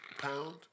Pound